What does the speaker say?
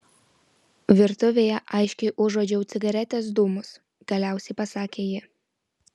virtuvėje aiškiai užuodžiau cigaretės dūmus galiausiai pasakė ji